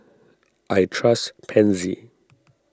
I trust Pansy